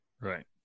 right